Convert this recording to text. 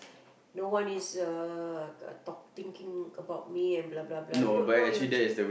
no one is uh talk thinking about me and blah blah blah you don't know you actually